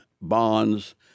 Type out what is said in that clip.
bonds